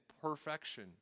perfection